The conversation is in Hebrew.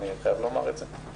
אני חייב לומר את זה.